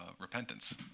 repentance